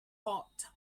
pot